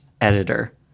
Editor